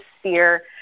sphere